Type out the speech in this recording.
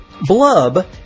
Blub